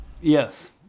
Yes